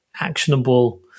actionable